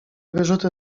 wyrzuty